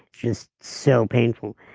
just so painful